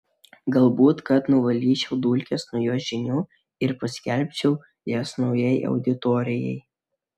galbūt kad nuvalyčiau dulkes nuo jo žinių ir paskelbčiau jas naujai auditorijai